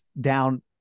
down